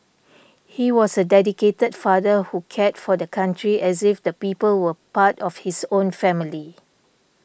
he was a dedicated father who cared for the country as if the people were part of his own family